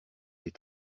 des